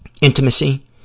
intimacy